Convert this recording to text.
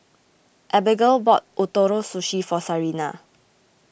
Abagail bought Ootoro Sushi for Sarina